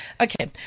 Okay